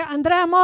Andrea